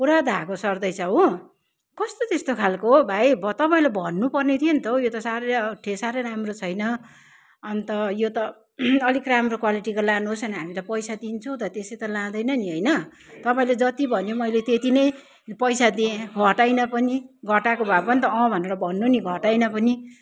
पूरा धागो सर्दैछ हो कस्तो त्यस्तो खालको हो भाइ अब तपाईँले भन्नु पर्ने थियो नि त हो यो त साह्रै ठे साह्रै राम्रो छैन अन्त यो त अलिक राम्रो क्वालिटीको लानुहोस् अनि हामी त पैसा दिने धियौँ त त्यसै त लाँदैन नि होइन तपाईँले जति भन्यो मैले त्यति नै पैसा दिएँ घटाइनँ पनि घटाएको भए पनि त भनेर भन्नु नि घटाइनँ पनि